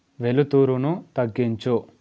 వెలుతురును తగ్గించు